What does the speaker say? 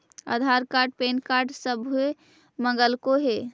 आधार card PAN card सभे मगलके हे?